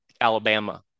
Alabama